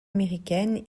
américaines